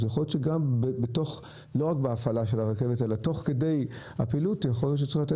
אז יכול להיות שלא רק בהפעלה של הרכבת,